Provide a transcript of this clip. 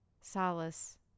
solace